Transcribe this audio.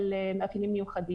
מחמירות.